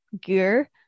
gear